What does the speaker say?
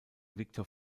victor